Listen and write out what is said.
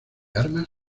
armas